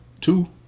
Two